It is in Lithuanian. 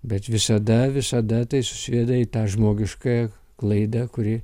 bet visada visada tai susiveda į tą žmogiškąją klaidą kuri